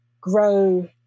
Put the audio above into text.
grow